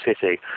City